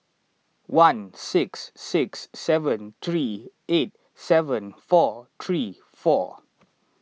one six six seven three eight seven four three four